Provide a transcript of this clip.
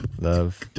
love